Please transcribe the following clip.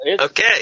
Okay